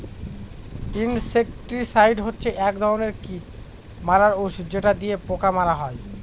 insecticide হচ্ছে এক ধরনের কীট মারার ঔষধ যেটা দিয়ে পোকা মারা হয়